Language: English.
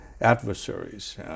adversaries